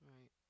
right